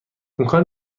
امکان